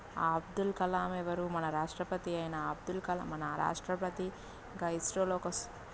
ఆ అబ్దుల్ కలాం ఎవరు మన రాష్ట్రపతి అయిన అబ్దుల్ కలాం మన రాష్ట్రపతి ఒక ఇస్రో లోకస్